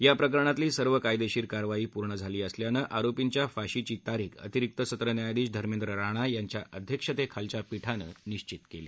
या प्रकरणातली सर्व कायदेशीर कारवाई पूर्ण झाली असल्यानं आरोपींच्या फाशीची तारीख अतिरिक्त सत्र न्यायाधीश धर्मेद्र राणा यांच्या अध्यक्षतेखालच्या पीठानं निश्चित केली